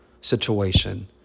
situation